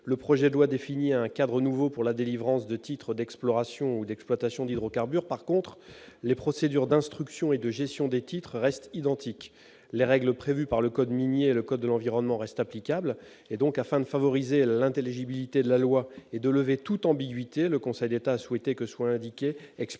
Le projet de loi définit un cadre nouveau pour la délivrance de titres d'exploration ou d'exploitation d'hydrocarbures. En revanche, les procédures d'instruction et de gestion des titres restent identiques ; les règles prévues par le code minier et le code de l'environnement restent applicables. Afin de favoriser l'intelligibilité de la loi et de lever toute ambiguïté, le Conseil d'État a souhaité que cela soit indiqué explicitement.